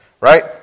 Right